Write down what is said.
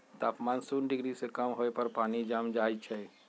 तापमान शुन्य डिग्री से कम होय पर पानी जम जाइ छइ